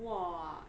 !wah!